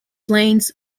plains